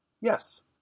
Yes